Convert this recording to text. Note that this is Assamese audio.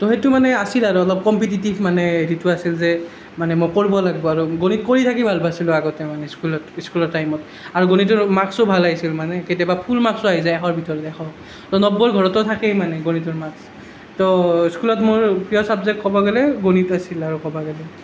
তো সেইটো মানে আছিল আৰু অলপ কম্পীটিটিভ মানে হেৰিটো আছিল যে মানে মই কৰিব লাগিব আৰু গণিত কৰি থাকি ভাল পাইছিলোঁ আগতে মানে স্কুলত স্কুলত টাইমত আৰু গণিতৰ মাকৰ্চো ভাল আহিছিল মানে কেতিয়াবা ফুল মাৰ্কচো আহি যায় এশৰ ভিতৰত এশ তো নব্বৈৰ ঘৰতো থাকেই মানে গণিতৰ মাৰ্কচ তো স্কুলত মোৰ প্ৰিয় চাবজেক্ট ক'ব গ'লে গণিত আছিল আৰু ক'ব গ'লে